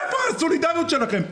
איפה הסולידריות שלכם?